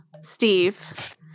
Steve